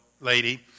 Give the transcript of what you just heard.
lady